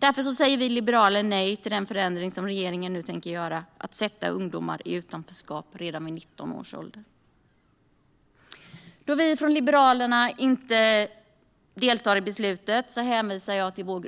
Därför säger vi liberaler nej till den förändring som regeringen nu tänker göra och som sätter ungdomar i utanförskap redan vid 19 års ålder. Eftersom Liberalerna inte deltar i beslutet hänvisar jag till vårt